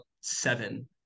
seven